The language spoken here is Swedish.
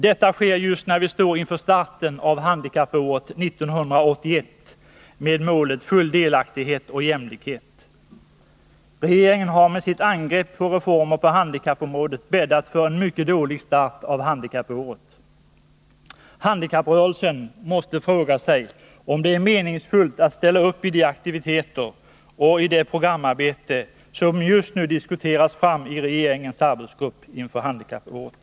Detta sker just när vi står inför starten av Handikappåret 1981 med målet full delaktighet och jämlikhet. Regeringen har med sitt angrepp på reformer på handikappområdet bäddat för en mycket dålig start för handikappåret. Inom handikapprörelsen måste man fråga sig om det är meningsfullt att ställa upp i de aktiviteter och i det programarbete som just nu diskuteras fram i regeringens arbetsgrupp inför handikappåret.